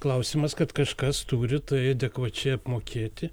klausimas kad kažkas turi tai adekvačiai apmokėti